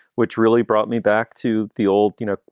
which really brought me back to the old, you know,